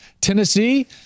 Tennessee